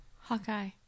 Hawkeye